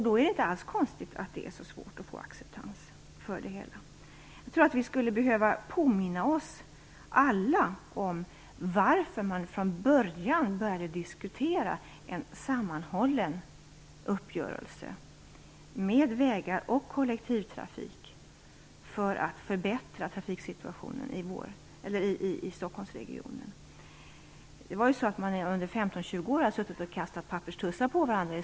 Då är det inte alls konstigt att det är så svårt att få acceptans för det hela. Jag tror att vi alla skulle behöva påminna oss om anledningen till att man från början började diskutera en sammanhållen uppgörelse om vägar och kollektivtrafik, nämligen att man ville förbättra trafiksituationen i Stockholmsregionen. Landstinget och kommunerna har under 15-20 år i stort sett suttit och kastat papperstussar på varandra.